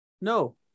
No